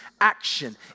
action